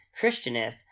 Christianeth